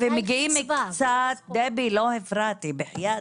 אני חושבת